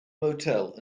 motel